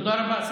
תודה רבה.